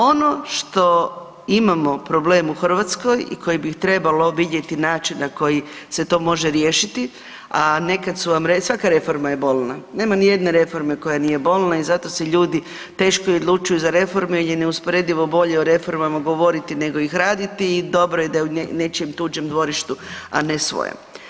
Ono što imamo problem u Hrvatskoj i koje bi trebalo vidjeti način na koji se to može riješiti, a svaka reforma je bolna, nema nijedne reforma koja nije bolna i zato se ljudi teško i odlučuju za reforme jer je neusporedivo bolje o reformama govoriti nego ih raditi i dobro je da je u nečijem tuđem dvorištu, a ne svojem.